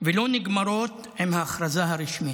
ולא נגמרות עם ההכרזה הרשמית.